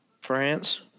France